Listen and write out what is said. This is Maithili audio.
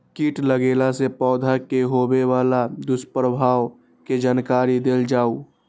कीट लगेला से पौधा के होबे वाला दुष्प्रभाव के जानकारी देल जाऊ?